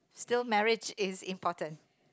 still marriage is important